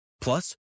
Plus